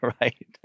right